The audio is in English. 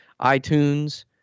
iTunes